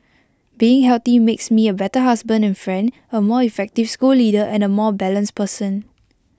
being healthy makes me A better husband and friend A more effective school leader and A more balanced person